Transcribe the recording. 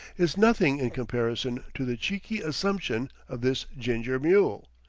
is nothing in comparison to the cheeky assumption of this ginger mule.